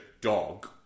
dog